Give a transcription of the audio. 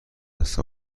دست